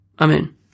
Amen